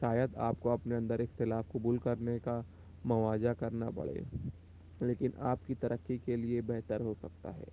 شاید آپ کو اپنے اندر اختلاف قبول کرنے کا مواضع کرنا پڑے لیکن آپ کی ترقی کے لیے بہتر ہو سکتا ہے